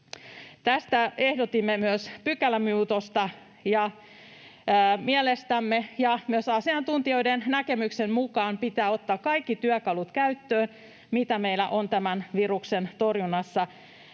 Tästä ehdotimme myös pykälämuutosta. Mielestämme ja myös asiantuntijoiden näkemyksen mukaan pitää ottaa käyttöön kaikki työkalut, mitä meillä on tämän viruksen torjunnassa